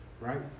right